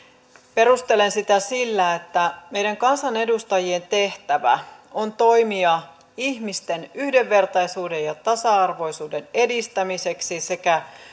perustelen sitä sillä että a meidän kansanedustajien tehtävä on toimia ihmisten yhdenvertaisuuden ja tasa arvoisuuden edistämiseksi sekä